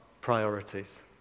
priorities